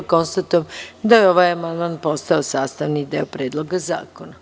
Konstatujem da je ovaj amandman postao sastavni deo Predloga zakona.